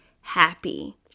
happy